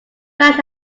pan